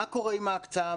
מה קורה עם ההקצאה,